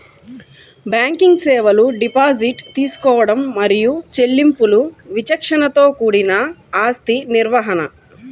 banking సేవలు deposit తీసుకోవడం మరియు చెల్లింపులు విచక్షణతో కూడిన ఆస్తి నిర్వహణ,